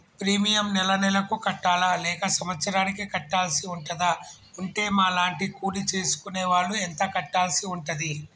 Premium నెల నెలకు కట్టాలా లేక సంవత్సరానికి కట్టాల్సి ఉంటదా? ఉంటే మా లాంటి కూలి చేసుకునే వాళ్లు ఎంత కట్టాల్సి ఉంటది?